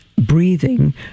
breathing